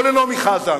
או לנעמי חזן.